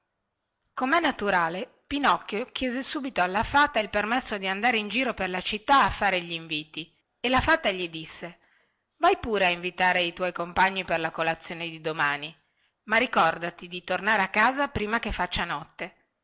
comè naturale pinocchio chiese subito alla fata il permesso di andare in giro per la città a fare gli inviti e la fata gli disse vai pure a invitare i tuoi compagni per la colazione di domani ma ricordati di tornare a casa prima che faccia notte